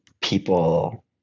people